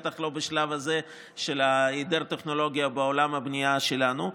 בטח לא בשלב הזה של היעדר טכנולוגיה בעולם הבנייה שלנו.